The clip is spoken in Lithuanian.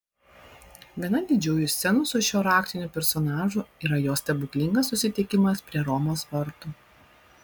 viena didžiųjų scenų su šiuo raktiniu personažu yra jo stebuklingas susitikimas prie romos vartų